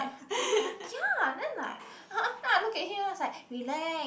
ya then like I then I look at him then I was like relax